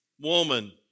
Woman